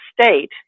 state